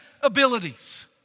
abilities